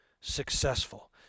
successful